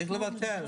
צריך לבטל.